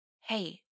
hey